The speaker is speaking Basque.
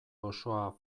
osoa